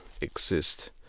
exist